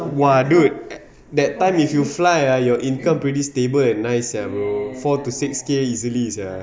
!wah! dude that time if you fly ah your inter pretty stable and nice ah bro four to six K easily sia